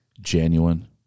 genuine